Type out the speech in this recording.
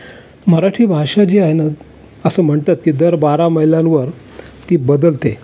मराठी भाषा जी आहे ना असं म्हणतात की दर बारा मैलांवर ती बदलते